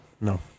No